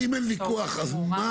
אז אם אין ויכוח, אז מה?